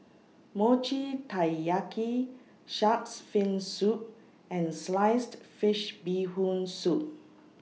Mochi Taiyaki Shark's Fin Soup and Sliced Fish Bee Hoon Soup